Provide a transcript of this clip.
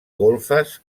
golfes